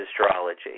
astrology